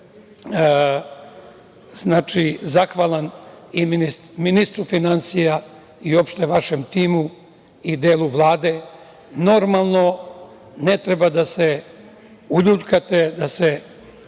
zahvalan i ministru finansija i uopšte vašem timu i delu Vlade. Normalno, ne treba da se uljuljkate, da se